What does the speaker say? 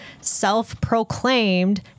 self-proclaimed